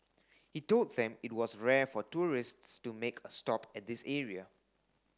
he told them it was rare for tourists to make a stop at this area